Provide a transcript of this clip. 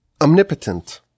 omnipotent